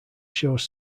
shows